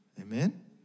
Amen